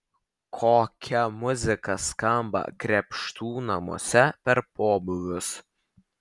kokia muzika skamba krėpštų namuose per pobūvius